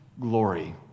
glory